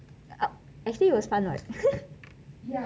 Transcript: actually it was fun what